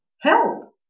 help